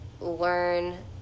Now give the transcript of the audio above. learn